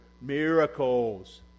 miracles